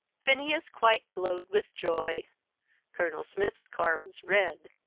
phineas quite glowed with joy colonel smith's car was red.